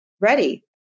ready